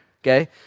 okay